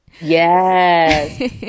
yes